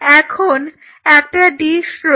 এখন একটা ডিস রয়েছে